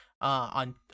On